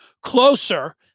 closer